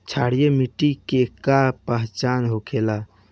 क्षारीय मिट्टी के का पहचान होखेला?